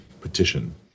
petition